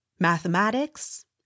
mathematics